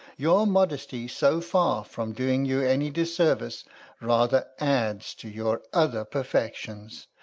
your modesty so far from doing you any disservice rather adds to your other perfections.